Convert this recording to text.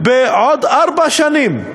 בעוד ארבע שנים.